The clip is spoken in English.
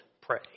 pray